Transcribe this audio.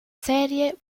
serie